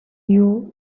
you